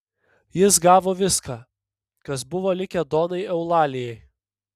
jis gavo viską kas buvo likę donai eulalijai